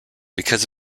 because